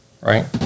right